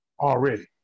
already